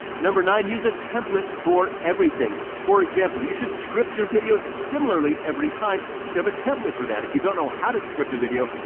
number nine, use a template for everything. for example, you should script your videos similarly, every time you set up a tablet for that, if you don't know how to script a video,